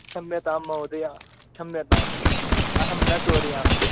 क्षम्यतां महोदया क्षम्यतां अहं न चोरयामि